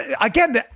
again